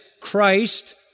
Christ